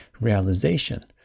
realization